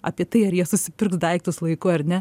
apie tai ar jie susipirks daiktus laiku ar ne